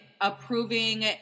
approving